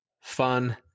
fun